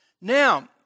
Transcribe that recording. Now